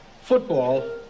Football